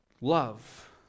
love